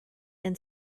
and